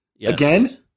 Again